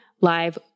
live